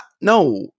no